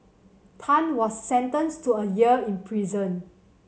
Tan was sentenced to a year in prison